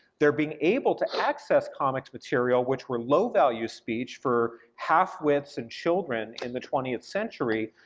they're being able to access comics material, which were low value speech for half-wits and children in the twentieth century,